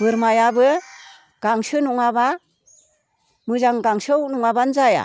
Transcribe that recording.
बोरमायाबो गांसो नङाब्ला मोजां गांसोआव नङाब्लानो जाया